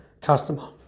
customer